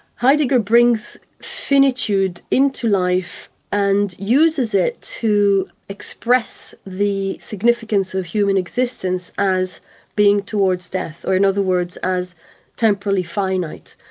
heidegger brings finitude into life and uses it to express the significance of human existence as being towards death, or in other words, as temporally finite.